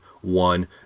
one